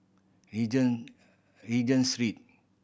Regent Regent Street